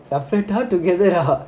shuffled together how